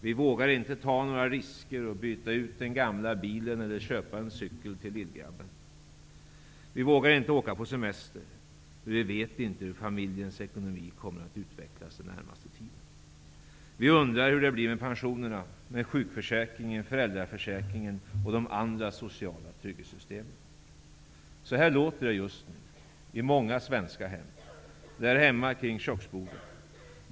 Vi vågar inte ta några risker att byta ut den gamla bilen eller att köpa en cykel till lillgrabben. Vi vågar inte åka på semester, därför att vi inte vet hur familjens ekonomi kommer att utvecklas den närmaste tiden. Vi undrar hur det blir med pensionerna, sjukförsäkringen, föräldraförsäkringen och de andra sociala trygghetssystemen. Så här låter det i många svenska hem runt köksborden.